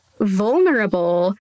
vulnerable